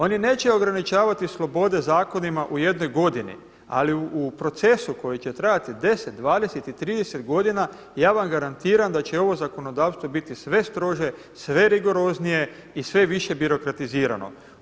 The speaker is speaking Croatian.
Oni neće ograničavati slobode zakonima u jednoj godini, ali u procesu koji će trajati 10, 20 i 30 godina ja vam garantiram da će ovo zakonodavstvo biti sve strože, sve rigoroznije i sve više birokratizirano.